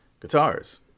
Guitars